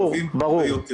ומורכבים הרבה יותר?